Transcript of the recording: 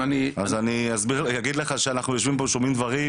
אז אני אגיד לך שאנחנו יושבים פה ושומעים דברים